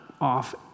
off